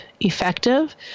Effective